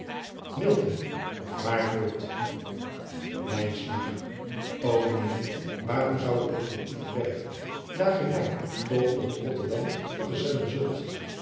aar voort o ijn eer waarom zou ik het voor u verbergen daar gij mij toch tot otterdam vergezellen zult